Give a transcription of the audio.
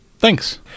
Thanks